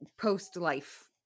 post-life